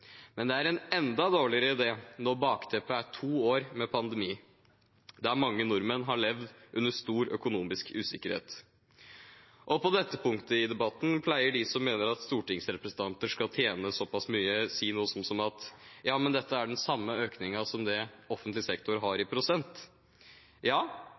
men det er en enda dårligere idé når bakteppet er to år med pandemi, der mange nordmenn har levd under stor økonomisk usikkerhet. På dette punktet i debatten pleier de som mener at stortingsrepresentanter skal tjene såpass mye, å si noe sånt som at dette er den samme økningen som det offentlig sektor har i prosent. Ja,